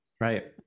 Right